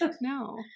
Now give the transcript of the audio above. No